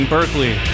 Berkeley